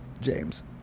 James